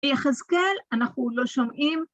יחזקאל, אנחנו לא שומעים.